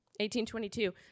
1822